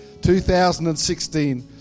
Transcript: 2016